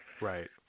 Right